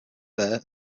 bear